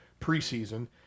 preseason